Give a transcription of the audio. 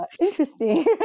interesting